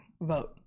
vote